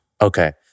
Okay